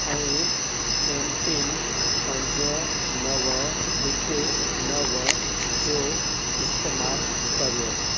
ऐं M pin पंज नव हिकु नव जो इस्तेमालु करियो